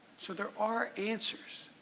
so there are answers.